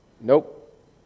nope